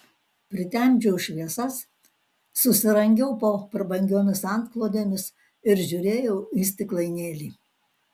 pritemdžiau šviesas susirangiau po prabangiomis antklodėmis ir žiūrėjau į stiklainėlį